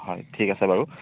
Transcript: হয় ঠিক আছে বাৰু